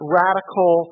radical